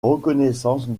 reconnaissance